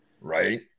Right